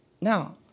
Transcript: now